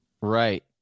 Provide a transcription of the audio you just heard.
Right